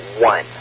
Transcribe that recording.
one